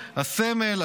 הסמל,